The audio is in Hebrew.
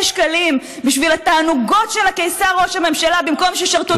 שקלים בשביל התענוגות של הקיסר ראש הממשלה במקום שישרתו את,